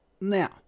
now